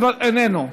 איננו,